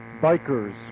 bikers